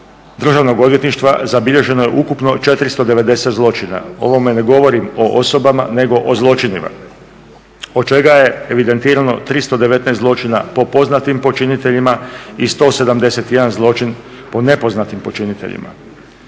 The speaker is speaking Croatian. državnog odvjetništva zabilježeno je ukupno 490 zločina. Ovome ne govorim o osobama nego o zločinima, od čega je evidentirano 319 zločina po poznatim počiniteljima i 171 zločin po nepoznatim počiniteljima.